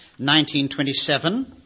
1927